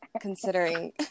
considering